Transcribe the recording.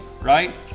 right